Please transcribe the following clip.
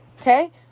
okay